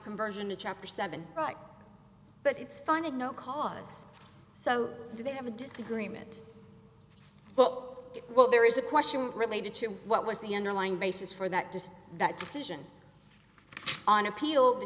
conversion to chapter seven but it's funded no cause so they have a disagreement but well there is a question related to what was the underlying basis for that just that decision on appeal the